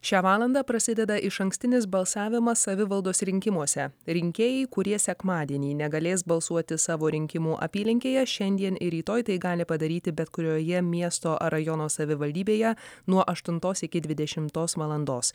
šią valandą prasideda išankstinis balsavimas savivaldos rinkimuose rinkėjai kurie sekmadienį negalės balsuoti savo rinkimų apylinkėje šiandien ir rytoj tai gali padaryti bet kurioje miesto ar rajono savivaldybėje nuo aštuntos iki dvidešimtos valandos